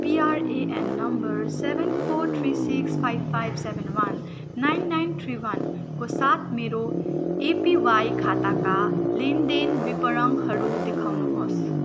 PRAN number seven four three six five five seven one nine nine three वानको साथ मेरो APY खाताका लेनदेन विवरणहरू देखाउनु होस्